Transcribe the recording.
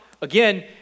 Again